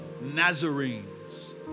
Nazarenes